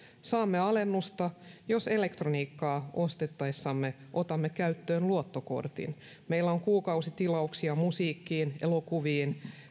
saamme alennusta jos elektroniikkaa ostaessamme otamme käyttöön luottokortin meillä on kuukausitilauksia musiikkiin elokuviin